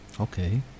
Okay